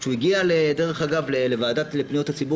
כשהגיע לוועדת הציבור,